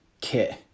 kit